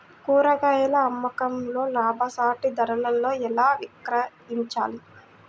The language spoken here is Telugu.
కూరగాయాల అమ్మకంలో లాభసాటి ధరలలో ఎలా విక్రయించాలి?